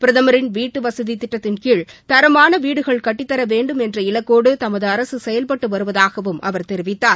பிரதமரின் வீட்டுவசதி திட்டத்தின்கீழ் தரமான வீடுகள் கட்டித்தர வேண்டும் என்ற இலக்கோடு தமது அரசு செயவ்பட்டு வருவதாகவும் அவர் தெரிவித்தார்